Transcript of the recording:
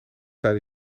tijd